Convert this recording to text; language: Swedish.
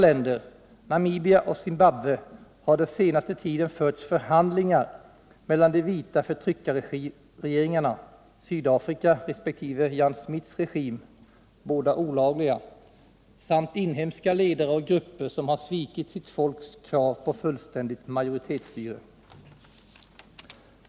I Namibia och Zimbabwe har under den senaste tiden förts förhandlingar mellan de vita förtryckarregeringarna — den i Sydafrika resp. Ian Smiths regim, både olagliga — samt inhemska ledare och grupper som har svikit sitt folks krav på fullständigt majoritetsstyre.